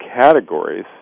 categories